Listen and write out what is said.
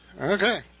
Okay